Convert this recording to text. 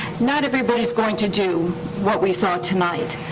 not everybody's going to do what we saw tonight.